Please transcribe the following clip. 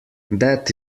that